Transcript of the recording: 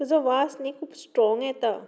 ताचो वास न्ही खूब स्ट्रोंग येता